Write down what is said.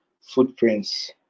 footprints